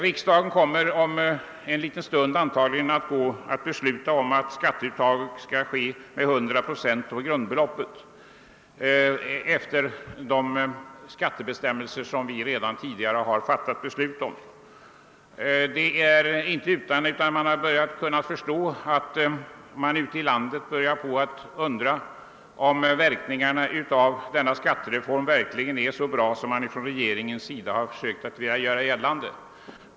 Riksdagen kommer om en liten stund antagligen att besluta att skatteuttaget skall bli 100 procent av grundbeloppet efter de skattebestämmelser som vi tidigare har fattat beslut om. Det är inte utan att man börjar förstå att människorna ute i landet undrar om verkningarna av skattereformen egentligen blir så bra som regeringen har gjort gällande.